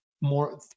More